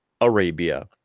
arabia